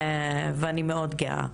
ואני מאוד גאה,